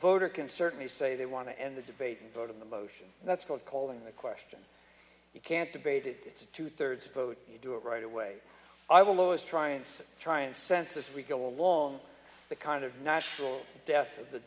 voter can certainly say they want to end the debate and vote in the motion that's called calling the question you can't debate it it's a two thirds vote you do it right away i will always try and try and sense as we go along the kind of national death